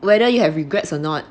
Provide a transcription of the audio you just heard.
whether you have regrets or not